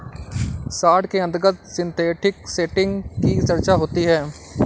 short के अंतर्गत synthetic setting की चर्चा होती है